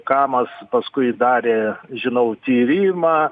kamas paskui darė žinau tyrimą